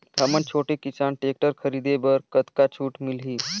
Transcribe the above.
हमन छोटे किसान टेक्टर खरीदे बर कतका छूट मिलही?